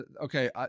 Okay